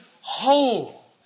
whole